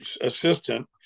assistant